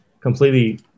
completely